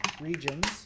regions